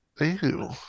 Ew